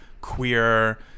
queer